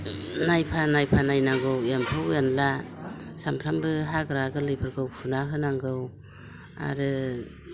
नायफा नायफा नायनांगौ एम्फौ एनला सानफ्रामबो हाग्रा गोरलैफोरखौ फुनाहोनांगौ आरो